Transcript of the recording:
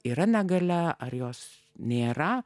yra negalia ar jos nėra